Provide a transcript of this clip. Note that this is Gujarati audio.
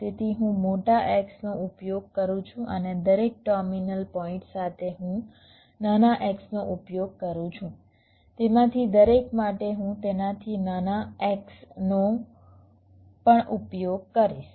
તેથી હું મોટા X નો ઉપયોગ કરું છું અને દરેક ટર્મિનલ પોઇન્ટ સાથે હું નાના X નો ઉપયોગ કરું છું તેમાંથી દરેક માટે હું તેનાથી નાના Xs નો પણ ઉપયોગ કરીશ